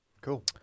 Cool